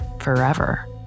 forever